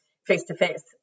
face-to-face